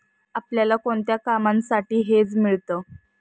आपल्याला कोणत्या कामांसाठी हेज मिळतं?